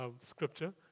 scripture